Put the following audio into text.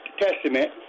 Testament